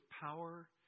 power